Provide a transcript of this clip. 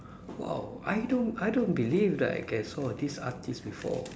!wow! I don't I don't believe that I can saw this artiste before